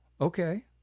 okay